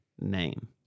name